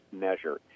measure